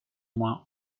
moins